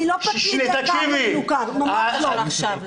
אני לא פקיד קר ומנוכר, ממש לא.